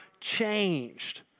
changed